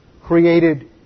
created